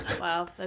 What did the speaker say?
Wow